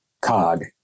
COG